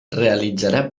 realitzarà